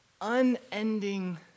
unending